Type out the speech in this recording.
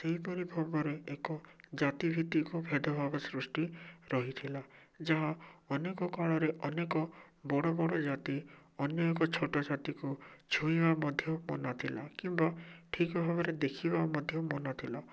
ସେହିପରି ଭାବରେ ଏକ ଜାତିଭିତ୍ତିକୁ ଭେଦଭାବ ସୃଷ୍ଟି ରହିଥିଲା ଯାହା ଅନେକ କାଳରେ ଅନେକ ବଡ଼ ବଡ଼ ଜାତି ଅନ୍ୟ ଏକ ଛୋଟ ଜାତିକୁ ଛୁଇଁବା ମଧ୍ୟ ମନାଥିଲା କିମ୍ବା ଠିକ୍ ଭାବରେ ଦେଖିବା ମଧ୍ୟ ମନାଥିଲା